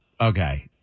okay